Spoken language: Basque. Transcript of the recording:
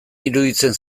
iruditzen